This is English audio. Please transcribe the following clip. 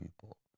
people